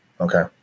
okay